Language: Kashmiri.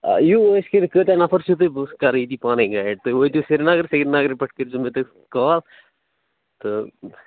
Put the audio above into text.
یِیِو عٲش کٔرِتھ کۭتیٛاہ نفر چھِو تُہۍ بہٕ کرٕ ییٚتی پانے گایڈ تُہۍ وٲتِو سرینگر سرینگرٕ پٮ۪ٹھ کٔرۍ زیو مےٚ تُہۍ کال تہٕ